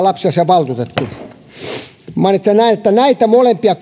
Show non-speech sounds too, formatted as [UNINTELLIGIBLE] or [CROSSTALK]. [UNINTELLIGIBLE] lapsiasiainvaltuutettu mainitsee näin näitä molempia [UNINTELLIGIBLE]